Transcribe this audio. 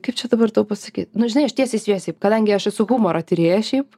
kaip čia dabar tau pasakyt nu žinai aš tiesiai sviesiai kadangi aš esu humoro tyrėja šiaip